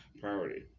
priority